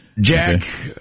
Jack